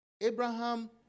Abraham